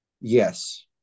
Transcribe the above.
Yes